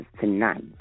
tonight